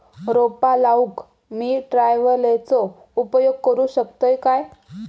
रोपा लाऊक मी ट्रावेलचो उपयोग करू शकतय काय?